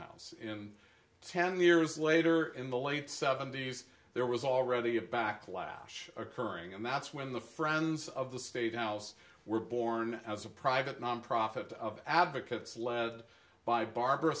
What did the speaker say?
house in ten years later in the late seventy's there was already a backlash occurring and that's when the friends of the state house were born as a private nonprofit advocates led by barbara